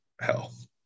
health